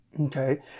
Okay